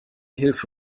hilfe